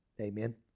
Amen